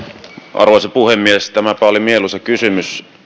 arvoisa puhemies tämäpä oli mieluisa kysymys